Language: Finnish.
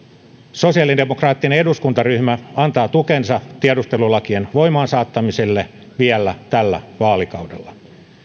sosiaalidemokraattinen eduskuntaryhmä antaa tukensa tiedustelulakien voimaansaattamiselle vielä tällä vaalikaudella